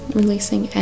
releasing